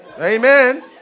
Amen